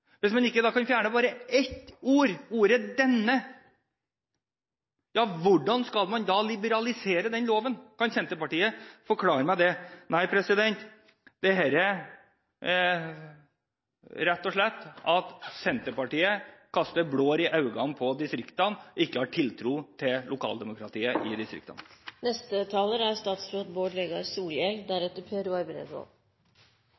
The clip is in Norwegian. Hvis Senterpartiet skal liberalisere lov om motorferdsel i utmark og vassdrag, og man ikke kan fjerne bare ett ord, ordet «denne» – ja, hvordan skal man da liberalisere den loven? Kan Senterpartiet forklare meg det? Senterpartiet kaster rett og slett blår i øynene på distriktene og har ikke tiltro til lokaldemokratiet i